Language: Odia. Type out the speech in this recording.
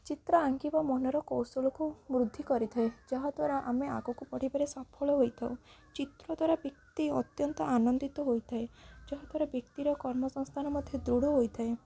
ଚିତ୍ର ଆଙ୍କିବା ମନର କୌଶଳକୁ ବୃଦ୍ଧି କରିଥାଏ ଯାହା ଦ୍ୱାରା ଆମେ ଆଗକୁ ବଢ଼ିବାରେ ସଫଳ ହୋଇଥାଉ ଚିତ୍ର ଦ୍ୱାରା ବ୍ୟକ୍ତି ଅତ୍ୟନ୍ତ ଆନନ୍ଦିତ ହୋଇଥାଏ ଯାହା ଦ୍ୱାରା ବ୍ୟକ୍ତିର କର୍ମସ୍ଥାନ ମଧ୍ୟ ଦୃଢ଼ ହୋଇଥାଏ